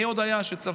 מי עוד היה שצפה,